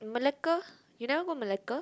Malacca you never go Malacca